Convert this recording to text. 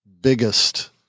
biggest